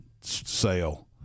sale